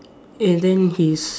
and then his